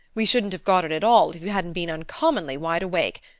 we shouldn't have got it at all if you hadn't been uncommonly wide-awake,